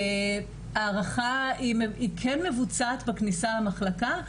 הערכה היא כן מבוצעת בכניסה למחלקה.